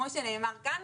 כמו שנאמר כאן,